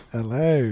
Hello